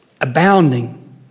abounding